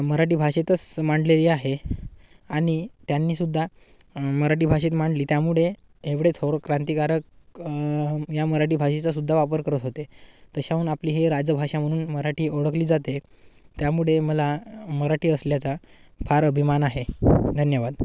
मराठी भाषेतच मांडलेली आहे आणि त्यांनी सुद्धा मराठी भाषेत मांडली त्यामुळे एवढे थोर क्रांतिकारक या मराठी भाषेचा सुद्धा वापर करत होते तशाहून आपली ही राजभाषा म्हणून मराठी ओळखली जाते त्यामुळे मला मराठी असल्याचा फार अभिमान आहे धन्यवाद